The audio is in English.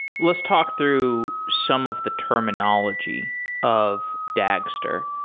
let's talk through some of the terminology of dagster.